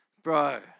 Bro